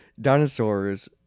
dinosaurs